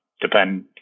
depend